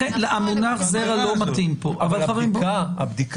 לכן המונח זרע לא מתאים פה.